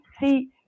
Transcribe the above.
see